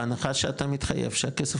בהנחה שאתה מתחייב שהכסף,